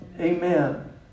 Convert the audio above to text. Amen